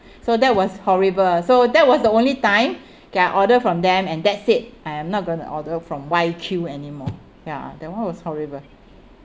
so that was horrible ah so that was the only time okay I order from them and that's it I'm not going to order from Y_Q anymore ya that one was horrible